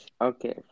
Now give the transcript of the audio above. Okay